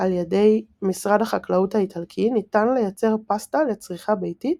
על ידי משרד החקלאות האיטלקי ניתן לייצר פסטה לצריכה ביתית